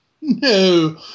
No